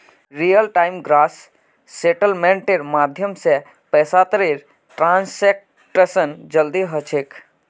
real time gross सेटलमेंटेर माध्यम स पैसातर ट्रांसैक्शन जल्दी ह छेक